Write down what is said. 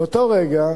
באותו רגע,